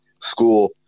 school